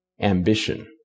ambition